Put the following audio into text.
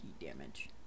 damage